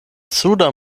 suda